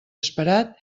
esperat